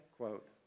Quote